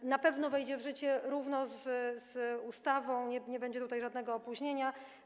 To na pewno wejdzie w życie równo z ustawą, nie będzie tutaj żadnego opóźnienia.